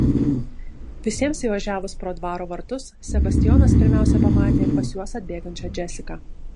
visiems įvažiavus pro dvaro vartus sebastijonas pirmiausia pamatė pas juos atbėgančią džesiką